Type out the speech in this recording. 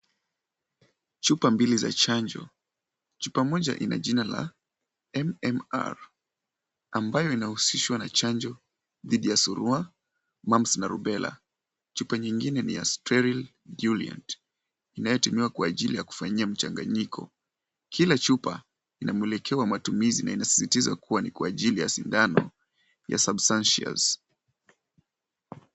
Chupa mbili za chanjo. Chupa moja ina jina la MMR, ambayo inahusishwa na chanjo, dhidi ya surua, mumps, na rubela. Chupa nyingine ni ya sterile Juliet. Inayotumiwa kwa ajili ya kufanyia mchanganyiko. Kila chupa ina mwelekeo wa matumizi na inasisitiza kuwa ni kwa ajili ya sindano ya substantious .